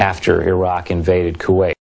after iraq invaded kuwait